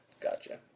Gotcha